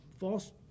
False